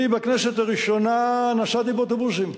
אני בכנסת הראשונה נסעתי באוטובוסים,